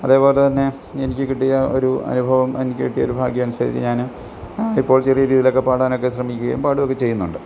അതേപോലെ തന്നെ എനിക്ക് കിട്ടിയ ഒരു അനുഭവം എനിക്ക് കിട്ടിയൊരു ഭാഗ്യമനുസരിച്ച് ഞാന് ഞാനിപ്പോൾ ചെറിയ ഈതിയിലോക്കെ പാടാനക്കെ ശ്രമിക്കുകയും പാടുവൊക്കെ ചെയ്യുന്നുണ്ട്